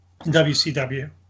WCW